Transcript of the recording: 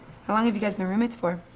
how long have you guys been roommates for?